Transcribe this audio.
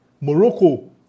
morocco